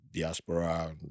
diaspora